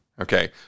Okay